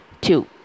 two